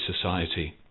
Society